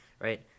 right